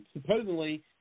supposedly